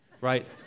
right